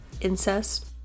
incest